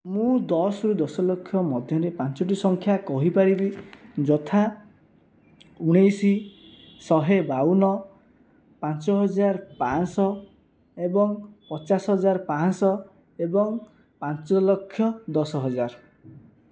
ମୁଁ ଦଶରୁ ଦଶ ଲକ୍ଷ ମଧ୍ୟରେ ପାଞ୍ଚଟି ସଂଖ୍ୟା କହିପାରିବି ଯଥା ଉଣେଇଶ ଶହେ ବାଉନ ପାଞ୍ଚ ହଜାର ପାଞ୍ଚଶହ ଏବଂ ପଚାଶ ହଜାର ପାଞ୍ଚଶହ ଏବଂ ପାଞ୍ଚଲକ୍ଷ ଦଶହଜାର